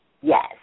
Yes